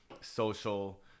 social